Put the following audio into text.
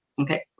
okay